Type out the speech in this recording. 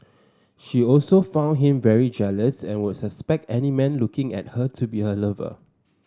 she also found him very jealous and would suspect any man looking at her to be her lover